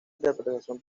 interpretación